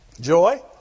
Joy